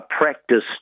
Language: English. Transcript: practiced